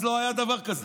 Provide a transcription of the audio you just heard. אז לא היה דבר כזה.